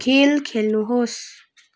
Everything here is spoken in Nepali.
खेल खेल्नुहोस्